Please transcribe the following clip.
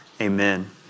Amen